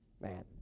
Man